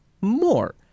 more